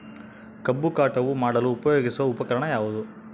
ಕಬ್ಬು ಕಟಾವು ಮಾಡಲು ಉಪಯೋಗಿಸುವ ಉಪಕರಣ ಯಾವುದು?